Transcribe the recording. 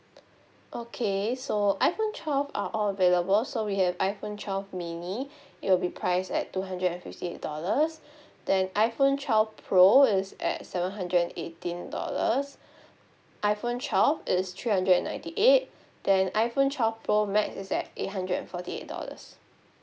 okay so iphone twelve are all available so we have iphone twelve mini it'll be price at two hundred and fifty eight dollars then iphone twelve pro is at seven hundred and eighteen dollars iphone twelve is three hundred and ninety eight then iphone twelve pro max is at eight hundred and forty eight dollars